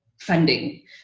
funding